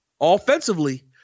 Offensively